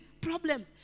problems